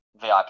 VIP